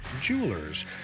Jewelers